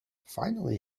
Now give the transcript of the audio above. finally